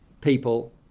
people